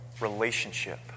relationship